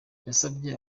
yasabye